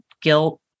guilt